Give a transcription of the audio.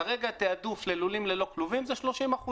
כרגע התעדוף ללולים ללא כלובים זה 30%,